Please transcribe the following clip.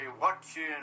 watching